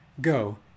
Go